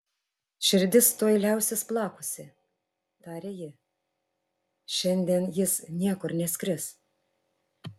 širdis tuoj liausis plakusi tarė ji šiandien jis niekur neskris